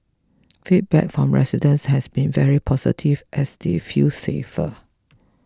feedback from residents has been very positive as they feel safer